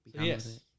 yes